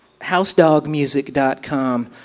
housedogmusic.com